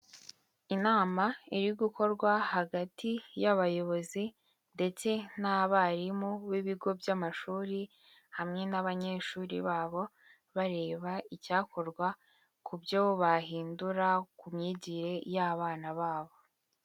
Inama iri gukorwa hagati y'abayobozi ndetse n'abarimu b'ibigo by'amashuri hamwe n'abanyeshuri babo, bareba icyakorwa ku byo bahindura ku myigire y'abana babo.